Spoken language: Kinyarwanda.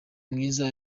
mwiza